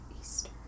Easter